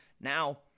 Now